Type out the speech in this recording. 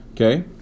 Okay